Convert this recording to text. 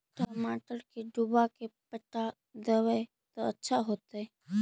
टमाटर के डुबा के पटा देबै त अच्छा होतई?